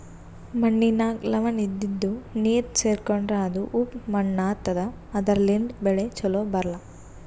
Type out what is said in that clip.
ಮಣ್ಣಿನಾಗ್ ಲವಣ ಇದ್ದಿದು ನೀರ್ ಸೇರ್ಕೊಂಡ್ರಾ ಅದು ಉಪ್ಪ್ ಮಣ್ಣಾತದಾ ಅದರ್ಲಿನ್ಡ್ ಬೆಳಿ ಛಲೋ ಬರ್ಲಾ